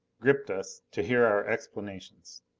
gripped us, to hear our explanations.